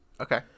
Okay